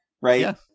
Right